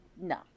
No